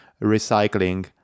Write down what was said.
recycling